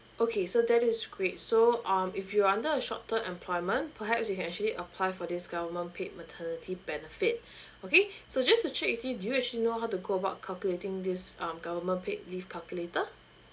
okay so that is great so um if you're under a short term employment perhaps you can actually apply for this government paid maternity benefit okay so just to check with you do you actually know how to go about calculating this um government paid leave calculator